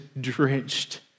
drenched